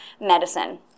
medicine